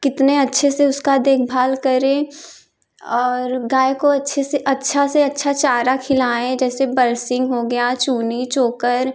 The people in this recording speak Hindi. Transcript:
कितने अच्छे से उसका देखभाल करें और गाय को अच्छे से अच्छा से अच्छा चारा खिलाए जैसे बरसिंग हो गया चूनी चोकर